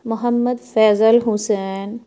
محمد Faizal حسین